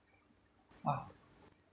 ox